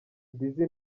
dizzy